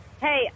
Hey